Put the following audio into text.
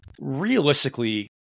realistically